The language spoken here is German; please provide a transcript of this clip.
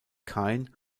kein